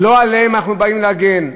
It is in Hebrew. לא עליהם אנחנו באים להגן.